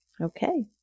Okay